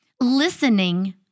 listening